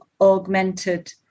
augmented